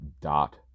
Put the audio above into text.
dot